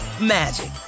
magic